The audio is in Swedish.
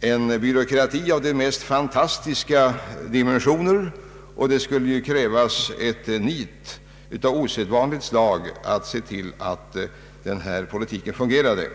en byråkrati av de mest fantastiska dimensioner, och det skulle krävas ett nit av osedvanligt slag att se till att den här politiken fungerade.